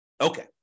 Okay